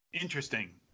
Interesting